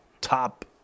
top